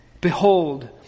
Behold